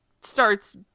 starts